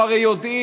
הם הרי יודעים